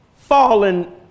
fallen